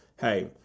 hey